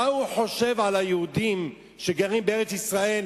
מה הוא חושב על היהודים שגרים בארץ-ישראל,